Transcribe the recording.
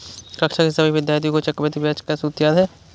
कक्षा के सभी विद्यार्थियों को चक्रवृद्धि ब्याज के सूत्र याद हैं